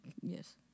Yes